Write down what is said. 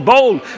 Bold